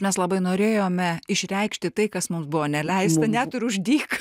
mes labai norėjome išreikšti tai kas mums buvo neleista net ir už dyką